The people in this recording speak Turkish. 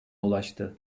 ulaştı